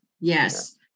Yes